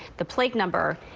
the plate number,